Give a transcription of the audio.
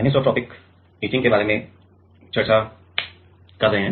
हम anisotropic etching के बारे में चर्चा कर रहे हैं